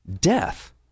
death